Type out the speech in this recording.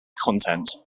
content